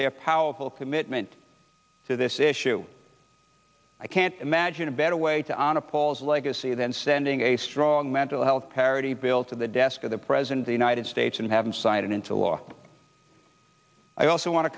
their powerful commitment to this issue i can't imagine a better way to honor paul's legacy than sending a strong mental health parity bill to the desk of the president the united states and having signed into law i also want to